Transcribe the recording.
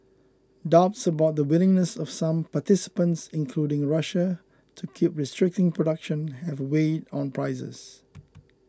doubts about the willingness of some participants including Russia to keep restricting production have weighed on prices